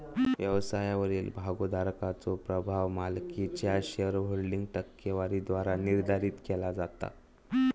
व्यवसायावरील भागोधारकाचो प्रभाव मालकीच्यो शेअरहोल्डिंग टक्केवारीद्वारा निर्धारित केला जाता